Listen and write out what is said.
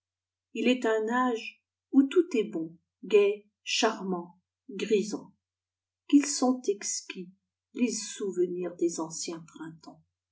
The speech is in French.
ii est un âge où tout est bon gai charmant grisant qu'ils sont exquis les souvenirs des anciens printemps